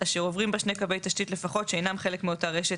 אשר עוברים בה שני קווי תשתית לפחות שאינם מלק מאותה רשת